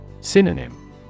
Synonym